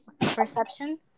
perception